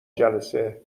جلسه